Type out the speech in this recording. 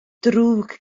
drwg